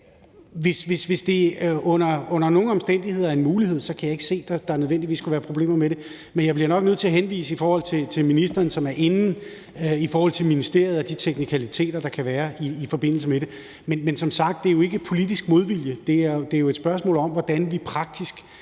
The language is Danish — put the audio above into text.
hvis det under nogle omstændigheder er en mulighed, kan jeg ikke se, at der nødvendigvis skulle være problemer med det. Men jeg bliver nok nødt til at henvise til ministeren, som er inde i det i forhold til ministeriet og de teknikaliteter, der kan være i forbindelse med det. Men som sagt er det jo ikke politisk modvilje; det er jo et spørgsmål om, hvordan vi praktisk